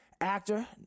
actor